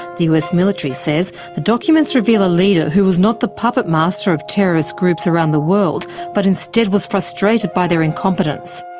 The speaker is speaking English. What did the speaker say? the us military says the documents reveal a leader who was not the puppet master of terrorist groups around the world but instead was frustrated by their incompetence.